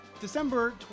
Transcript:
December